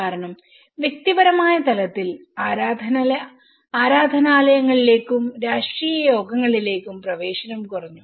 കാരണം വ്യക്തിപരമായ തലത്തിൽ ആരാധനാലയങ്ങളിലേക്കും രാഷ്ട്രീയ യോഗങ്ങളിലേക്കും പ്രവേശനം കുറഞ്ഞു